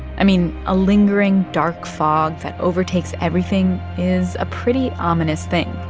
i mean, a lingering dark fog that overtakes everything is a pretty ominous thing.